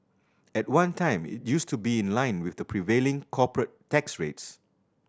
at one time it used to be in line with the prevailing corporate tax rates